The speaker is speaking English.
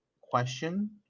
question